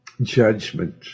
judgment